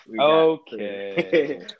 Okay